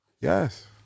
Yes